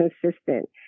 consistent